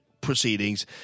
proceedings